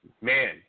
Man